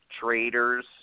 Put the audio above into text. traders